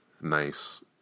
nice